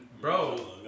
Bro